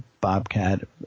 bobcat